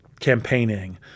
campaigning